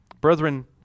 Brethren